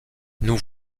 nous